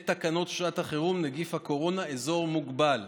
את תקנות שעת החירום נגיף הקורונה, אזור מוגבל.